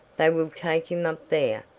they will take him up there.